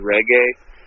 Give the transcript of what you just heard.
Reggae